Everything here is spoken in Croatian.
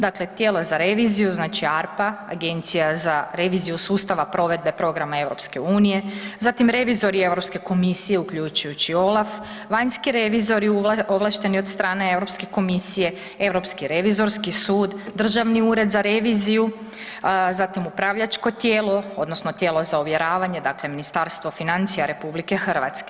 Dakle, tijela za reviziju, znači ARPA, Agencija za reviziju sustava provedbe programa EU, zatim revizori EU komisije uključujući OLAF, vanjske revizoru ovlašteni od strane EU komisije, Europski revizorski sud, Državni ured za reviziju, zatim upravljačko tijelo, odnosno tijelo za ovjeravanje, dakle Ministarstvo financija RH.